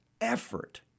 effort